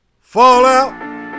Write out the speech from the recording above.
Fallout